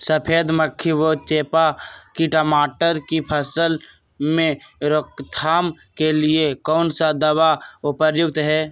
सफेद मक्खी व चेपा की टमाटर की फसल में रोकथाम के लिए कौन सा दवा उपयुक्त है?